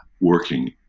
working